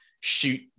shoot